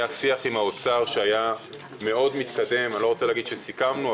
היה שיח עם האוצר שהיה מאד מתקדם אני לא רוצה לומר שסיכמנו,